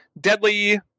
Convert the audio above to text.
deadly